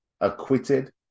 acquitted